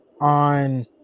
on